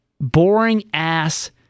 boring-ass